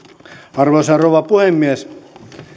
arvoisa rouva puhemies